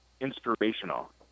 inspirational